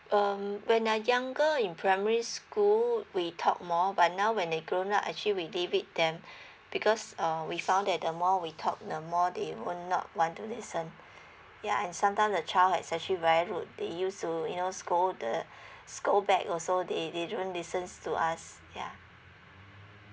um when they're younger in primary school we talk more but now when they grown up actually we leave it them because uh we found that the more we talk the more they will not want to listen yeah and sometime the child has actually very rude they used to you know scold the scold back also they they don't listen to us yeah